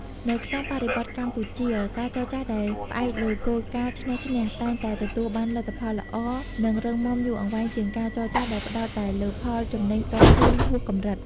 នៅក្នុងបរិបទកម្ពុជា ការចរចាដែលផ្អែកលើគោលការណ៍ "ឈ្នះ-ឈ្នះ" តែងតែទទួលបានលទ្ធផលល្អ និងរឹងមាំយូរអង្វែងជាងការចរចាដែលផ្ដោតតែលើផលចំណេញផ្ទាល់ខ្លួនហួសកម្រិត។